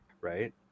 Right